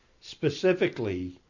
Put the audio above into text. specifically